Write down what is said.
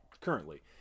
currently